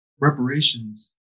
reparations